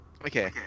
Okay